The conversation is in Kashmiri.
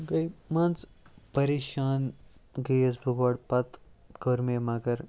گٔے مان ژٕ پَریشان گٔیٚیوس بہٕ گۄڈٕ پَتہٕ کٔر مےٚ مگر